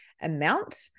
amount